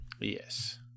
Yes